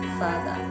further